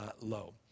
low